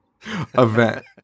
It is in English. event